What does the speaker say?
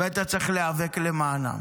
אתה צריך להיאבק למענם.